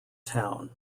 town